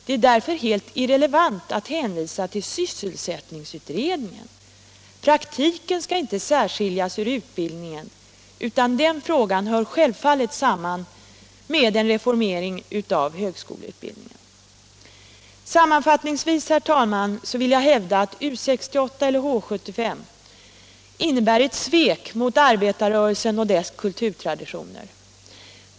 Det är därför irrelevant att hänvisa till sysselsättningsutredningen. Praktiken skall inte särskiljas ur utbildningen, utan den frågan hör självfallet samman med en reformering av högskoleutbildningen. Sammanfattningsvis, herr talman, vill jag hävda att U 68, eller H 75, innebär ett svek mot arbetarrörelsen och dess kulturtraditioner.